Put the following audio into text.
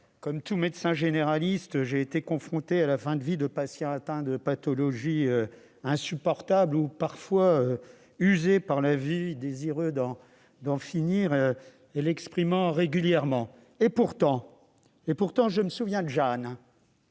comme tout médecin généraliste, j'ai été confronté à la fin de vie de patients atteints de pathologies insupportables ou parfois usés par la vie, désireux d'en finir et l'exprimant régulièrement. Et pourtant ! Je me souviens de Jeanne,